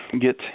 get